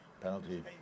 Penalty